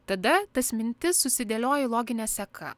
tada tas mintis susidėlioji logine seka